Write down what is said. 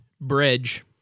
Bridge